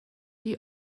die